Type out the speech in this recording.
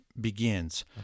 begins